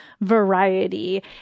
variety